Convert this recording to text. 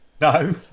No